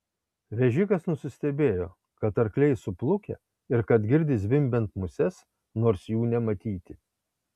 vežikas nusistebėjo kad arkliai suplukę ir kad girdi zvimbiant muses nors jų nematyti